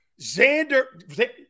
Xander